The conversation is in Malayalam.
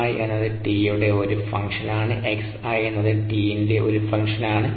Fi എന്നത് t യുടെ ഒരു ഫംഗ്ഷനാണ് xi എന്നത് t ന്റെ ഒരു ഫംഗ്ഷനാണ്